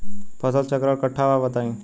फसल चक्रण कट्ठा बा बताई?